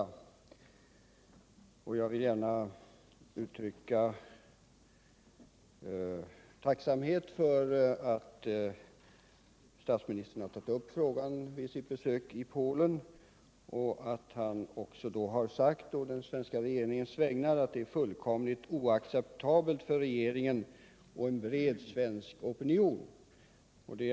Samtidigt vill jag också gärna uttrycka min tacksamhet över att statsministern tog upp spörsmålet vid sitt besök i Polen, varvid han på den svenska regeringens vägnar framhöll att det polska handlandet är fullkomligt oacceptabelt för den svenska regeringen och för en bred svensk opinion.